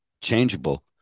changeable